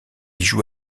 joue